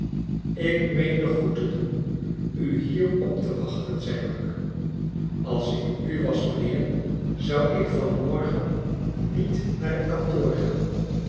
ik meende goed te doen u hier op te wachten zei rugg als ik u was mijnheer zou ik van morgen niet naar het kantoor gaan